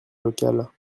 locales